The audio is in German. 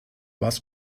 was